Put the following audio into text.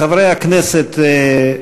חברי הכנסת,